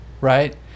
right